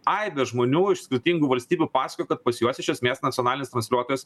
aibė žmonių iš skirtingų valstybių pasakojo kad pas juos iš esmės nacionalinis transliuotojas